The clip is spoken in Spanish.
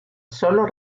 solo